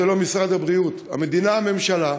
זה לא משרד הבריאות, המדינה, הממשלה,